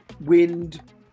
wind